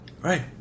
right